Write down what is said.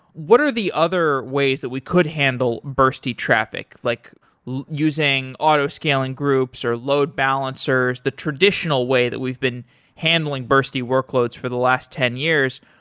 what are the other ways that we could handle bursty traffic, like using auto-scaling groups, or load balancers, the traditional way that we've been handling bursty workloads for the last ten years,